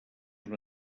una